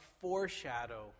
foreshadow